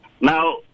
Now